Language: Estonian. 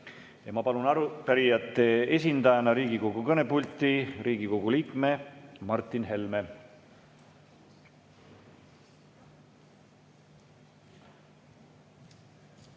Ma palun arupärijate esindajana Riigikogu kõnepulti Riigikogu liikme Martin Helme.